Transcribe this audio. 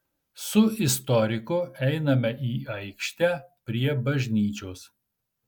su istoriku einame į aikštę prie bažnyčios